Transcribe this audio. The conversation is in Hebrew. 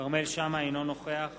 אינו נוכח